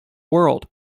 world